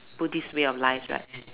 Buddhist way of life right